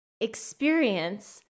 experience